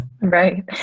Right